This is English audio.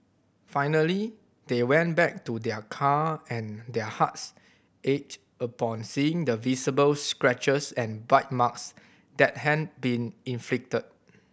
finally they went back to their car and their hearts ached upon seeing the visible scratches and bite marks that had been inflicted